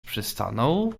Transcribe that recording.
przystanął